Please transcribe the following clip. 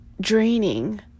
draining